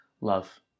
love